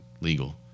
legal